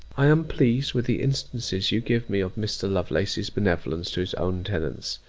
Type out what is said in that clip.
i am pleased with the instances you give me of mr. lovelace's benevolence to his own tenants,